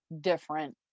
different